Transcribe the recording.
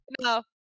No